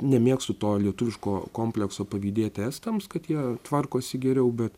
nemėgstu to lietuviško komplekso pavydėti estams kad jie tvarkosi geriau bet